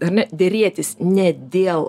ar ne derėtis ne dėl